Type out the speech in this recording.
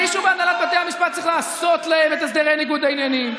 מישהו בהנהלת בתי המשפט צריך לעשות להם את הסדרי ניגוד העניינים,